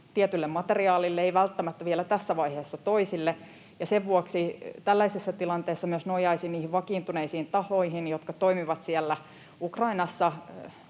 tietylle materiaalille. Ei välttämättä vielä tässä vaiheessa toisille. Ja sen vuoksi tällaisessa tilanteessa myös nojaisin niihin vakiintuneisiin tahoihin, jotka toimivat siellä Ukrainassa